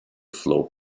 flow